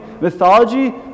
Mythology